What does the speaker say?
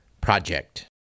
project